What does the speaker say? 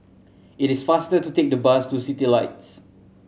it is faster to take the bus to Citylights